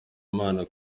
imana